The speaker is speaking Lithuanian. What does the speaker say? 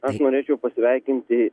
aš norėčiau pasveikinti